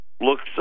looks